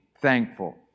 thankful